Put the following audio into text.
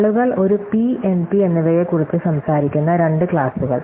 ആളുകൾ ഒരു P NP എന്നിവയെക്കുറിച്ച് സംസാരിക്കുന്ന രണ്ട് ക്ലാസുകൾ